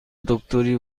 دکتری